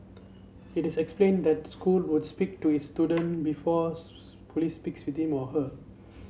it explained that school would speak to its student before police speaks with him or her